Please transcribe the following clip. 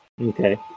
Okay